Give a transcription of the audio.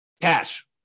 cash